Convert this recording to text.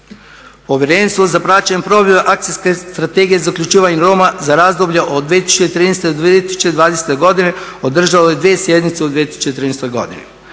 Povjerenstvo za praćenje provedbe akcijske Strategije za uključivanje Roma za razdoblje od 2013. do 2020. godine održalo je dvije sjednice u 2013. godini.